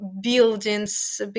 buildings